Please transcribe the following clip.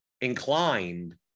inclined